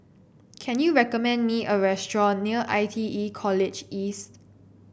can you recommend me a restaurant near I T E College East